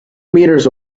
meters